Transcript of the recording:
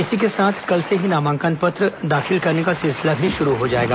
इसी के साथ कल से ही नामांकन पत्र दाखिल करने का सिलसिला भी शुरू हो जाएगा